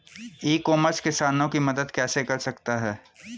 ई commerce किसानों की मदद कैसे कर सकता है?